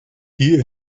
die